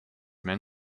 man